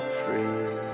free